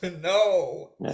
No